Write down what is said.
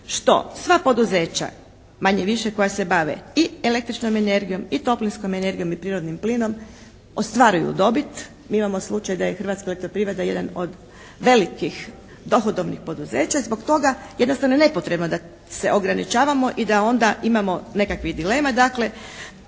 što sva poduzeća manje-više koja se bave i električnom energijom i toplinskom energijom i prirodnim plinom ostvaruju dobit. Mi imamo slučaj da je Hrvatska elektroprivreda jedan od velikih dohodovnih poduzeća. I zbog toga je jednostavno nepotrebno da se ograničavamo i da onda imamo nekakvih dilema.